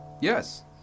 Yes